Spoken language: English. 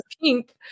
pink